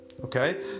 Okay